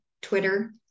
Twitter